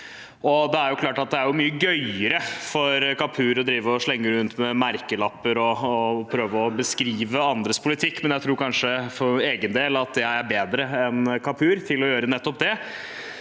Det er klart at det er mye gøyere for Kapur å drive og slenge rundt med merkelapper og prøve å beskrive andres politikk. Jeg tror kanskje, for egen del, at jeg er bedre enn Kapur til å gjøre nettopp det,